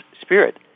spirit